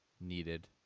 needed